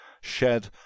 shed